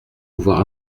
pouvoir